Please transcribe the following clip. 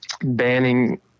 banning